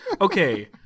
Okay